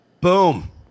Boom